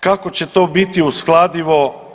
Kako će to biti uskladivo?